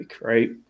right